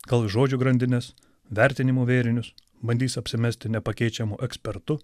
gal žodžių grandinės vertinimų vėrinius bandys apsimesti nepakeičiamu ekspertu